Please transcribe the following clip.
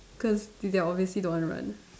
cause they obviously don't want to run